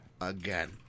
Again